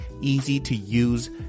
easy-to-use